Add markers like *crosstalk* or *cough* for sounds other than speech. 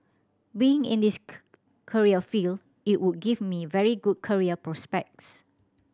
being in this *unintelligible* career field it would give me very good career prospects